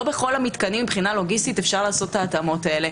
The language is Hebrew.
בכל המתקנים מבחינה לוגיסטית אפשר לעשות את ההתאמות האלה,